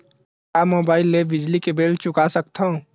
का मुबाइल ले बिजली के बिल चुका सकथव?